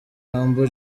humble